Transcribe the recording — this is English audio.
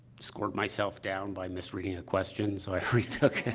scored myself down by misreading a question, so i retook it.